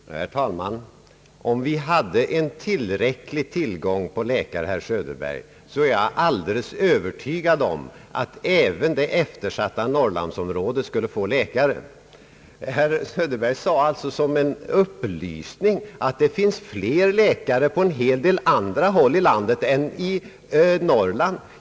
Herr talman! Om vi hade tillräcklig tillgång på läkare, herr Söderberg, så är jag alldeles övertygad om att läkartjänsterna skulle bli besatta även i Norrland. Herr Söderberg sade som en upplysning att det finns flera läkare på en hel del andra håll än det finns i Norrland.